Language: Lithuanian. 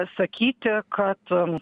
sakyti kad